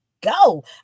go